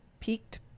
Peaked